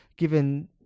Given